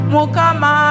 Mukama